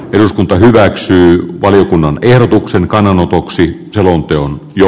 eduskunta hyväksyy valiokunnan ehdotuksen kannalla ouxin selonteon ja